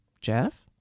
Jeff